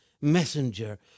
messenger